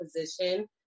position